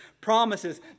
promises